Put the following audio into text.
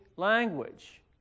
Language